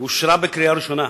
ואושרה בקריאה ראשונה,